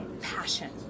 passion